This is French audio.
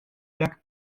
lac